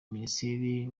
minisiteri